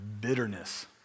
bitterness